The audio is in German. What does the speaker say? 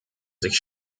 sich